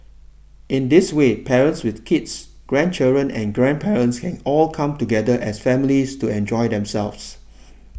in this way parents with kids grandchildren and grandparents can all come together as families to enjoy themselves